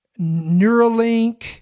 Neuralink